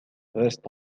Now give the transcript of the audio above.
reste